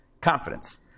confidence